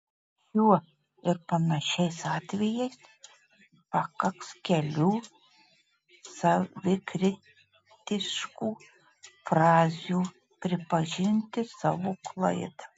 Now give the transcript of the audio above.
šiuo ir panašiais atvejais pakaks kelių savikritiškų frazių pripažinti savo klaidą